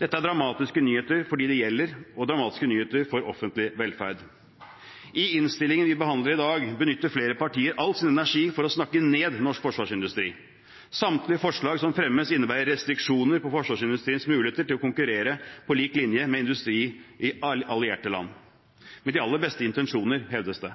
Dette er dramatiske nyheter for dem det gjelder, og dramatiske nyheter for offentlig velferd. I innstillingen vi behandler i dag, benytter flere partier all sin energi på å snakke ned norsk forsvarsindustri. Samtlige forslag som fremmes, innebærer restriksjoner på forsvarsindustriens muligheter til å konkurrere på lik linje med industri i allierte land – med de aller beste intensjoner, hevdes det.